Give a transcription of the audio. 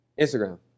Instagram